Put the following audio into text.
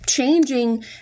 changing